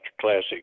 classic